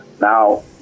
Now